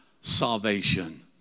salvation